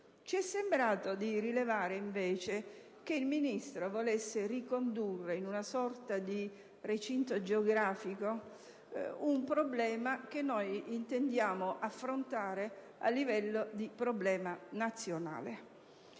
Ci è sembrato, invece, che il ministro Castelli volesse ricondurre in una sorta di recinto geografico un problema che noi intendiamo affrontare a livello di problema nazionale.